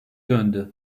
döndü